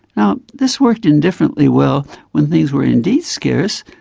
now this worked indifferently well when things were indeed scarce,